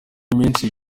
menshi